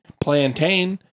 plantain